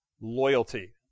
Loyalty